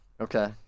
Okay